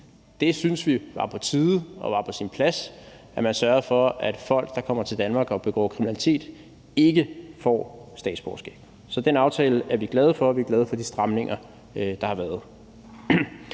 Det synes vi var på tide og var på sin plads, altså at man sørgede for, at folk, der kommer til Danmark og begår kriminalitet, ikke får statsborgerskab. Så den aftale er vi glade for, og vi er glade for de stramninger, der har været.